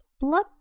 blood